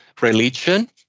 religion